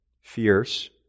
fierce